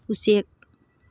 ꯎꯆꯦꯛ